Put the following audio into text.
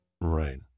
Right